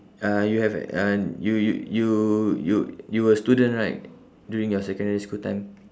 uh you have an you you you you you were student right during your secondary school time